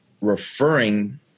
referring